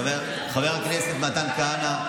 חבר הכנסת מתן כהנא,